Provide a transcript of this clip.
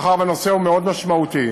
מאחר שהנושא מאוד משמעותי,